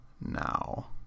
now